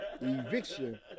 Eviction